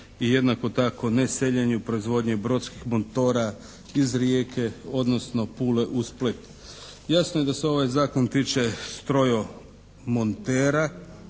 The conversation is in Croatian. i jednako tako neseljenju proizvodnje brodskih motora iz Rijeke odnosno Pule u Split. Jasno je da se ovaj zakon tiče strojomontera